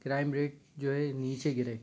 crime rate जो है नीचे गिरे